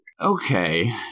Okay